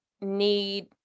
need